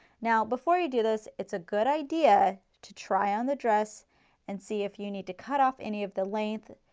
now before you do this, it's a good idea to try on the dress and see if you need to cut off any of the length,